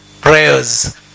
prayers